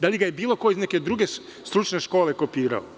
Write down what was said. Da li ga je bilo ko iz neke druge stručne škole kopirao?